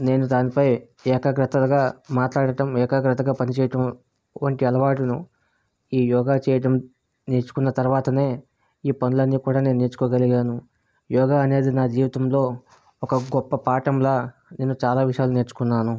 నేను దానిపై ఏకాగ్రతగా మాట్లాడటం ఏకాగ్రతగా పనిచేయటం వంటి అలవాట్లను ఈ యోగా చేయటం నేర్చుకున్న తర్వాతనే ఈ పనులన్నీ కూడా నేను నేర్చుకో గలిగాను యోగ అనేది నా జీవితంలో ఒక గొప్ప పాఠంలా నేను చాలా విషయాలు నేర్చుకున్నాను